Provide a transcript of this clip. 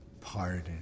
pardon